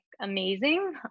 amazing